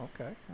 okay